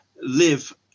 live